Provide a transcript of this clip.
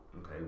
okay